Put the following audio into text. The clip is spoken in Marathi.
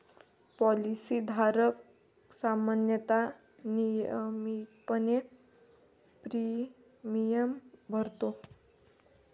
पॉलिसी धारक सामान्यतः नियमितपणे प्रीमियम भरतो